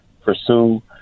pursue